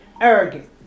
arrogant